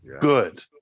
Good